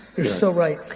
you're so right.